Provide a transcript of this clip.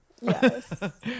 Yes